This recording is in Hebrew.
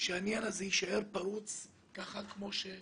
שהעניין יישאר פרוץ כמו שהוא היום.